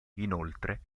inoltre